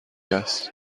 است